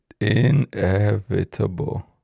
Inevitable